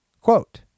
quote